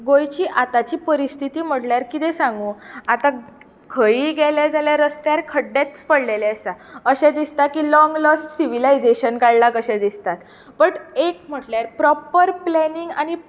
गोंयची आताची परिस्थीती म्हळ्यार कितें सांगूं आतां खंयीय गेलें जाल्यार रस्त्यार खड्डेच पडलेले आसता अशें दिसता की लाँग लाॅस्ट सिविलायजेशन काडलां कशें दिसता बट एक म्हटल्यार प्रोपर प्लेनिंग आनी